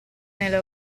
nella